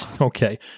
Okay